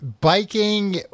biking